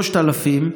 3,000,